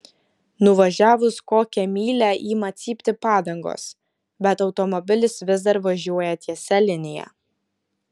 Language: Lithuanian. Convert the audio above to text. nuvažiavus kokią mylią ima cypti padangos bet automobilis vis dar važiuoja tiesia linija